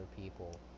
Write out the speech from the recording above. people